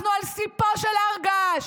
אנחנו על סיפו של הר געש.